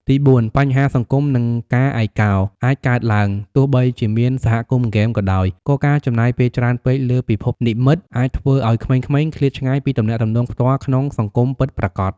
ទីបួន បញ្ហាសង្គម និងការឯកោ អាចកើតឡើង ទោះបីជាមានសហគមន៍ហ្គេមក៏ដោយ ក៏ការចំណាយពេលច្រើនពេកលើពិភពនិម្មិតអាចធ្វើឱ្យក្មេងៗឃ្លាតឆ្ងាយពីទំនាក់ទំនងផ្ទាល់ក្នុងសង្គមពិតប្រាកដ។